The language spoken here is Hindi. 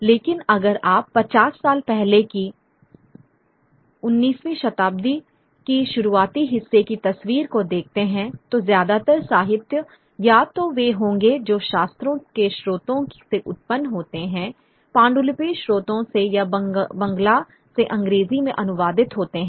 लेकिन अगर आप 50 साल पहले की 19वीं शताब्दी के शुरुआती हिस्से की तस्वीर को देखते हैं तो ज्यादातर साहित्य या तो वे होंगे जो शास्त्रों के स्रोतों से उत्पन्न होते हैं पांडुलिपि स्रोतों से या बंगला से अंग्रेजी में अनुवादित होते हैं